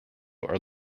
are